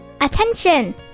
Attention